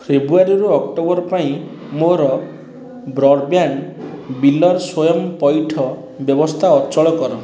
ଫେବୃଆରୀ ଓ ଅକ୍ଟୋବର ପାଇଁ ମୋର ବ୍ରଡ଼୍ବ୍ୟାଣ୍ଡ ବିଲ୍ର ସ୍ଵୟଂ ପଇଠ ବ୍ୟବସ୍ଥା ଅଚଳ କର